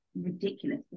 ridiculous